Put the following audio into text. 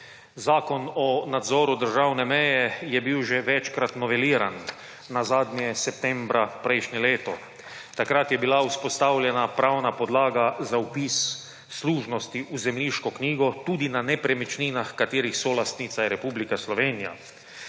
Zakon o nadzoru državne meje je bil že večkrat noveliran, nazadnje septembra prejšnje leto. Takrat je bila vzpostavljena pravna podlaga za vpis služnosti v zemljiško knjigo, tudi na nepremičninah, katerih solastnica je Republika Slovenija.